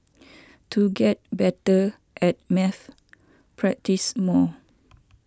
to get better at maths practise more